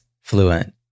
fluent